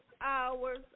hours